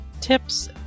tips